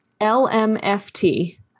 LMFT